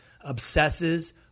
Obsesses